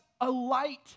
alight